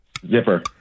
Zipper